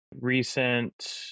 recent